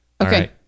Okay